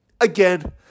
again